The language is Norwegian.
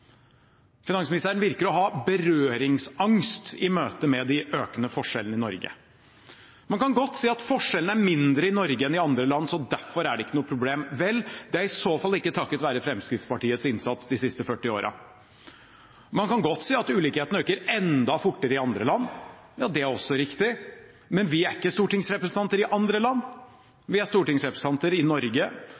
Finansministeren virker å ha berøringsangst i møte med de økende forskjellene i Norge. Man kan godt si at forskjellene er mindre i Norge enn i andre land, så derfor er det ikke noe problem. Vel, det er i så fall ikke takket være Fremskrittspartiets innsats de siste 40 årene. Man kan godt si at ulikhetene øker enda fortere i andre land. Ja, det er også riktig – men vi er ikke stortingsrepresentanter i andre land. Vi er stortingsrepresentanter i Norge,